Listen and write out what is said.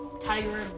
Tiger